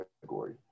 category